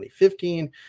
2015